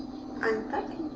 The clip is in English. i'm packing.